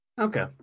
Okay